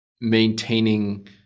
maintaining